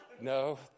No